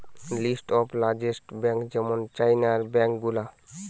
list of largest bank যেমন চাইনার bank গুলা